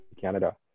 Canada